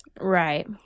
Right